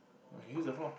I can use the floor